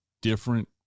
different